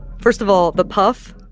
first of all the puf,